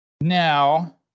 Now